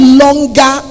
longer